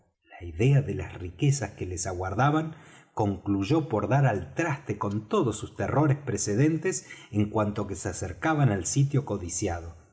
la idea de las riquezas que les aguardaban concluyó por dar al traste con todos sus terrores precedentes en cuanto que se acercaban al sitio codiciado